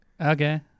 Okay